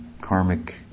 karmic